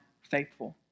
faithful